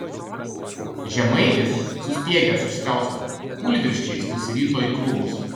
žemaitis suspiegęs iš skausmo kūlvirsčiais nusirito į krūmus